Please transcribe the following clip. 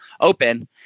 open